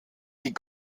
die